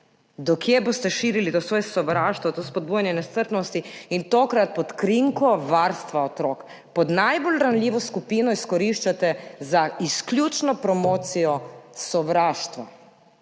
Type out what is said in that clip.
do kje boste širili svoje sovraštvo, to spodbujanje nestrpnosti, tokrat pod krinko varstva otrok, najbolj ranljivo skupino izkoriščate izključno za promocijo sovraštva.